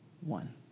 one